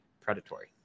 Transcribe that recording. predatory